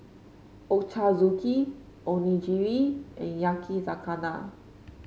Ochazuke Onigiri and Yakizakana